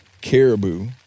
caribou